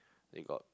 they got